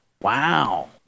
Wow